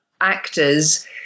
actors